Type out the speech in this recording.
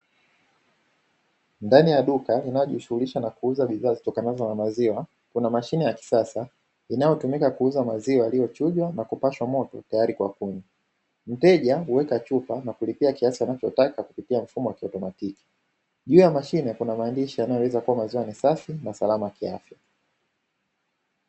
Ndani ya duka inayojishughulisha na kuuza bidhaa kutokana na maziwa kuna mashine ya kisasa inayotumika kuuza maziwa yaliyochujwa na kupashwa moto tayari kwa fujo mteja anaweka chupa na kulipia kiasi anachotaka kupitia mfumo juu ya mashine kuna maandishi yanayoweza kuwa mazani safi na salama.